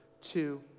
two